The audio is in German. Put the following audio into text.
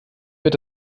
wird